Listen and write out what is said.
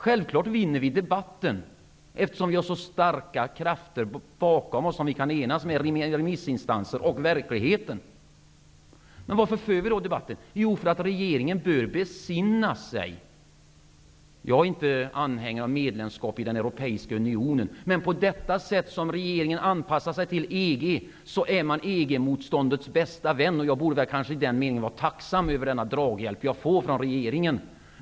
Självfallet vinner vi debatten, eftersom vi har så starka krafter bakom oss -- remissinstanser och verkligheten. Varför för vi då debatten? Jo, därför att regeringen skall bör besinna sig. Jag är inte anhängare av medlemskap i Europeiska unionen. Men på det sätt som regeringen anpassar sig till EG är den EG motståndets bästa vän. Jag borde väl kanske i den meningen vara tacksam över den draghjälp jag får från regeringen.